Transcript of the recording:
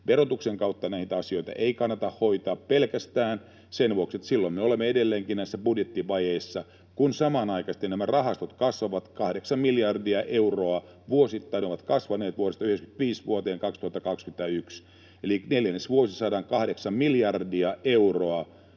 verotuksen kautta näitä asioita ei kannata hoitaa sen vuoksi, että silloin me olemme edelleenkin budjettivajeissa, kun samanaikaisesti nämä rahastot kasvavat 8 miljardia euroa vuosittain, ovat kasvaneet vuodesta 1995 vuoteen 2021. Eli neljännesvuosisadan 8 miljardia euroa